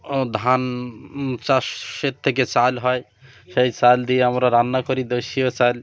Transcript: ও ধান চাষের থেকে চাল হয় সেই চাল দিয়ে আমরা রান্না করি দেশীয় চাল